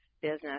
business